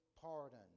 pardon